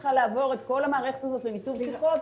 צריכה לעבור את כל המערכת הזאת לניתוב שיחות,